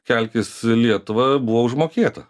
kelkis lietuva buvo užmokėta